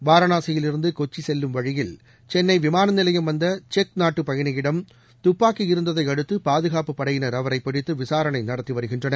வாரணாசியிலிருந்து கொச்சி செல்லும் வழியில் சென்னை விமான நிலையம் வந்த செக் நாட்டு பயனியிடம் துப்பாக்கி இருந்ததை அடுத்து பாதுகாப்பு படையினர் அவரை பிடித்து விசாரணை நடத்தி வருகின்றனர்